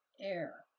air